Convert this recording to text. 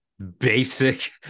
basic